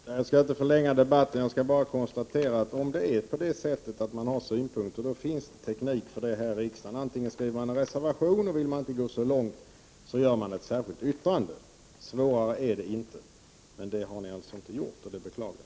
Herr talman! Jag skall inte förlänga debatten mycket utan bara konstatera att om det är på det sättet att man har synpunkter finns det en teknik här i riksdagen: antingen skriver man en reservation, och vill man inte gå så långt skriver man ett särskilt yttrande. Svårare är det inte. Detta har ni alltså inte gjort, vilket jag beklagar.